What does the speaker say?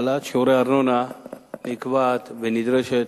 העלאת שיעורי הארנונה נקבעת ונדרשת